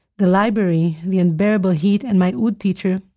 the library, the unbearable heat, and my oud teacher,